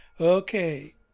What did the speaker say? Okay